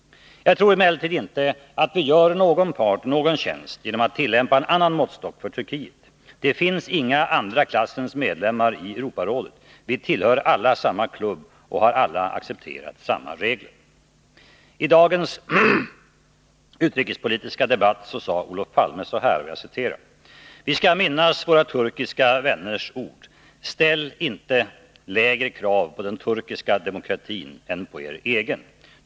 Jag tror emellertid inte att vi gör någon part någon tjänst genom att tillämpa eh annan måttstock för Turkiet. Det finns inga andra klassens medlemmar i Europarådet. Vi tillhör alla samma klubb och har alla accepterat samma regler.” I dagens utrikespolitiska debatt sade Olof Palme: ”Vi skall minnas våra turkiska vänners ord: Ställ inte lägre krav på den turkiska demokratin än på er egen.